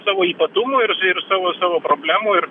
savo ypatumų ir ir savo savo problemų ir